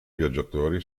viaggiatori